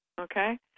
okay